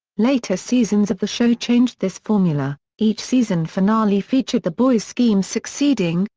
later seasons of the show changed this formula each season finale featured the boys' schemes succeeding,